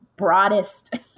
broadest